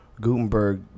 Gutenberg